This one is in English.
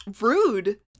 rude